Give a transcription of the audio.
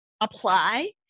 apply